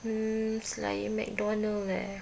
um selain McDonald leh